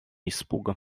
испуга